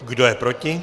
Kdo je proti?